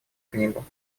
книгу